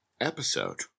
episode